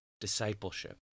discipleship